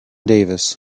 davis